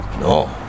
No